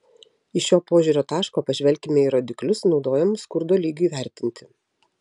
iš šio požiūrio taško pažvelkime į rodiklius naudojamus skurdo lygiui vertinti